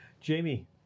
Jamie